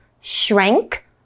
shrink